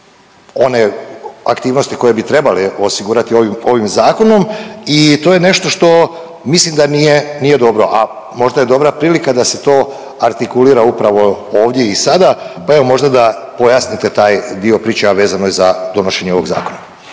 i to je nešto što mislim da nije, nije dobro, a možda je dobra prilika da se to artikulira upravo ovdje i sada, pa evo možda da pojasnite taj dio priče, a vezano je za donošenje ovog zakona.